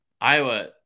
Iowa